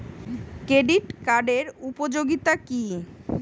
Credit কার্ডের উপযোগিতা কি?